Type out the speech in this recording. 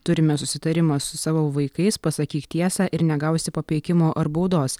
turime susitarimą su savo vaikais pasakyk tiesą ir negausi papeikimo ar baudos